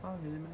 oh really